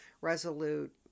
resolute